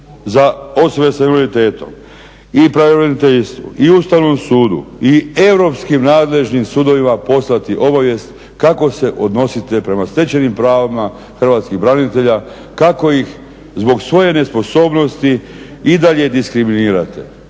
za osobe sa invaliditetom i pravobraniteljstvu i Ustavnom sudu i europskim nadležnim sudovima poslati obavijest kako se odnosite prema stečenim pravima hrvatskih branitelja, kako ih zbog svoje nesposobnosti i dalje diskriminirate,